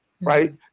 right